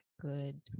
good